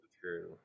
true